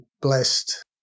blessed